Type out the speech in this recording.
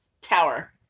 tower